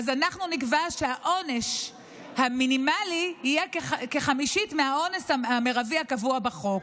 אנחנו נקבע שהעונש המינימלי יהיה כחמישית מהעונש המרבי הקבוע בחוק.